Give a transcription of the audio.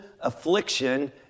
affliction